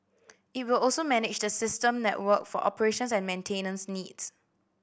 it will also manage the system network for operations and maintenance needs